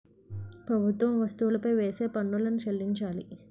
ప్రభుత్వం వస్తువులపై వేసే పన్నులను చెల్లించాలి